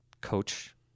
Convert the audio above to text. coach